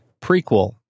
Prequel